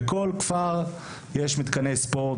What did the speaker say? בכל כפר יש מתקני ספורט,